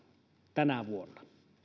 tänä vuonna